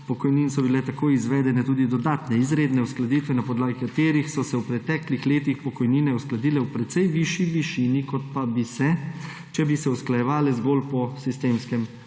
pokojnin so bile tako izvedene tudi dodatne izredne uskladitve, na podlagi katerih so se v preteklih letih pokojnine uskladile v precej višji višini, kot pa bi se, če bi se usklajevale zgolj po sistemskem